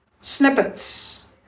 snippets